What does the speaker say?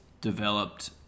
developed